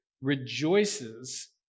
rejoices